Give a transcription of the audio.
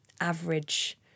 average